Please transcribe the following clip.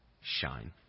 shine